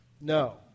No